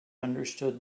understood